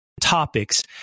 topics